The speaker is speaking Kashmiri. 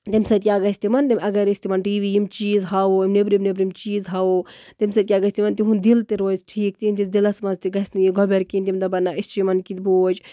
تَمہِ سۭتۍ کیاہ گژھِ تِمن تِم اَگر أسۍ تِمن ٹی وی یِم چیٖز ہاوو نیبرم نیبرم چیٖز ہاوو تَمہِ سۭتۍ کیاہ گژھان تِمن تِہُند دِل تہِ روزِ ٹھیٖک تِہِندِس دِلَس منٛز تہِ گژھِنہٕ یہِ گۄبیر کِہیٖنۍ تِم دَپَن نہ ٲسۍ چھِ یِمن کِتھ بوج